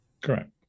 correct